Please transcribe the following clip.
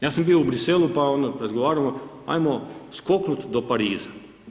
Ja sam bio u Bruxellesu pa onda razgovaramo, ajmo skoknut do Pariza.